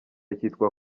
kitwa